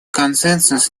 консенсус